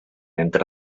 entre